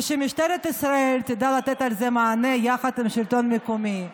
ושמשטרת ישראל תדע לתת לזה מענה יחד עם השלטון המקומי.